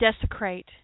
desecrate